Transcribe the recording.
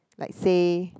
like say